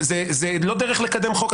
זו לא דרך לקדם חוק.